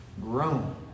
grown